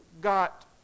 got